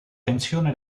tensione